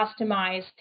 customized